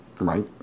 Right